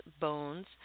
bones